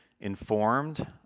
informed